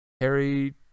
Harry